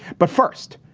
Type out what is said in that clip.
but first,